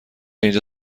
اینجا